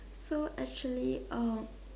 so actually um